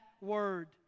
word